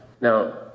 Now